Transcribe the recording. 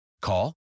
Call